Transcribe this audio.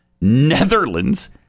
Netherlands